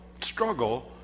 struggle